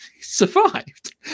survived